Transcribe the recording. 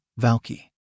Valky